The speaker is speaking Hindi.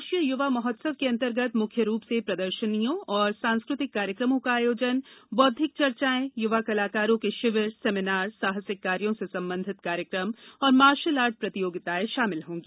राष्ट्रीय युवा महोत्सव के अंतर्गत मुख्य रूप से प्रदर्शनियों और सांस्कृतिक कार्यक्रम का आयोजन बौद्धिक चर्चाएं युवा कलाकारों के शिविर सेमिनार साहसिक कायोँ से संबंधित कार्यक्रम और मार्शल आर्ट प्रतियोगिताएं शामिल होंगी